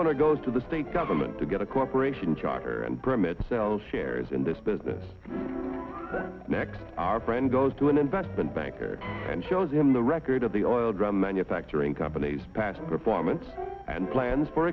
owner goes to the state government to get a corporation charter and permits sell shares in this business next our friend goes to an investment banker and shows him the record of the oil drum manufacturing companies past performance and plans for